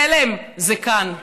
חלם זה כאן.